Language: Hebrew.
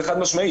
זה חד משמעית.